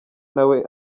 nawe